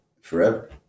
Forever